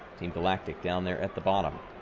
team galactic down there at the bottom.